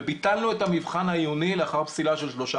ביטלנו את המבחן העיוני לאחר פסילה של שלושה